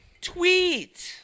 tweet